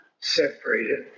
separated